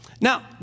Now